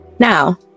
Now